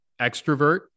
extrovert